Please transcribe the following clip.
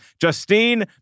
Justine